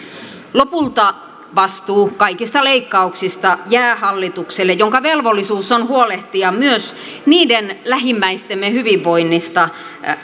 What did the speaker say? lopulta vastuu kaikista leikkauksista jää hallitukselle jonka velvollisuus on huolehtia myös niiden lähimmäistemme hyvinvoinnista